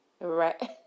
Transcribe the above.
Right